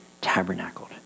tabernacled